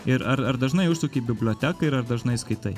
ir ar ar dažnai užsuki į biblioteką ir ar dažnai skaitai